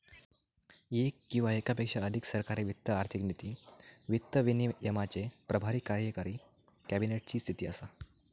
येक किंवा येकापेक्षा अधिक सरकारी वित्त आर्थिक नीती, वित्त विनियमाचे प्रभारी कार्यकारी कॅबिनेट ची स्थिती असा